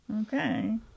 Okay